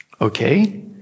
Okay